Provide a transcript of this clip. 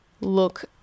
look